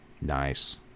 Nice